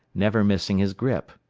never missing his grip.